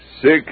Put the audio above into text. Six